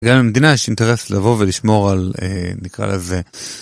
גם למדינה יש אינטרס לבוא ולשמור על נקרא לזה...